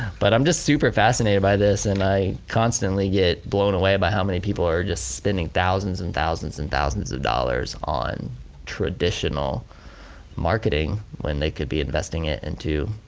but i'm just super fascinated by this and i constantly get blown away by how many people are just spending thousands and thousands and thousands of dollars on traditional marketing when they could be investing it into